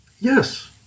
Yes